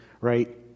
right